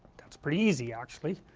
that's pretty easy actually,